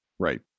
Right